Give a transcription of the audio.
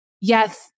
yes